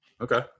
Okay